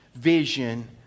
vision